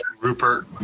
Rupert